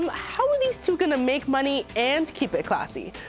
how are these two going to make money and keep it classy.